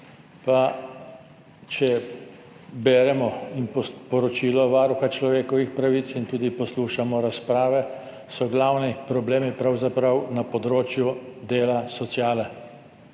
pa če beremo poročilo Varuha človekovih pravic in tudi poslušamo razprave, so glavni problemi pravzaprav na področju dela, sociale.